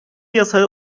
yasa